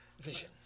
vision